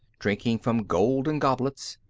drinking from golden goblets.